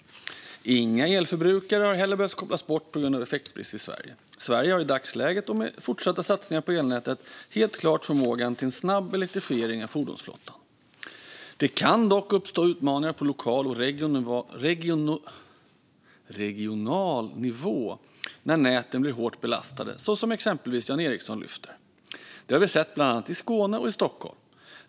Inga elförbrukare har heller behövt kopplas bort på grund av effektbrist i Sverige. Sverige har i dagsläget och med fortsatta satsningar på elnätet helt klart förmågan till en snabb elektrifiering av fordonsflottan. Det kan dock uppstå utmaningar på lokal och regional nivå när näten blir hårt belastade, som exempelvis Jan Ericson lyfte upp. Det har vi sett bland annat i Skåne och i Stockholm.